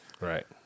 Right